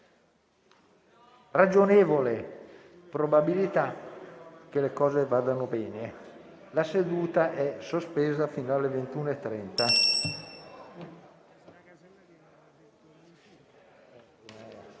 ragionevole probabilità che le cose vadano bene. *(La seduta, sospesa alle ore